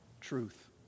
truth